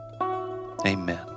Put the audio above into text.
Amen